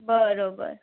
બરોબર